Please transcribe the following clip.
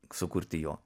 sukurti jo